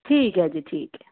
ठीक ऐ जी ठीक ऐ